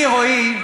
אני, רועי,